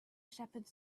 shepherds